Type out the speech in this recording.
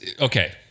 okay